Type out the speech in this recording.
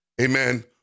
Amen